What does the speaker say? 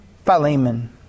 Philemon